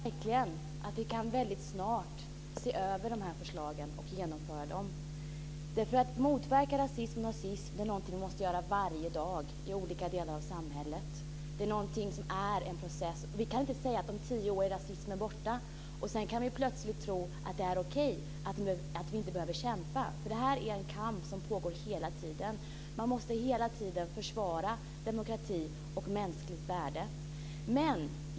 Fru talman! Jag hoppas att vi väldigt snart kan se över de här förslagen och genomföra dem. Motverka rasism och nazism måste vi göra varje dag i olika delar av samhället. Det är en pågående process. Vi kan inte om tio år säga att rasismen är borta och plötsligt tro att det är okej och att vi inte behöver kämpa. Det här är en kamp som pågår hela tiden. Man måste hela tiden försvara demokrati och mänskligt värde.